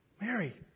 Mary